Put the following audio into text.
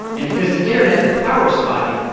and because the internet and the power are spotty,